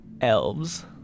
Elves